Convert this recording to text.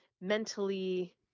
mentally